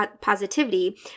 positivity